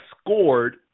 scored